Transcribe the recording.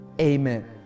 Amen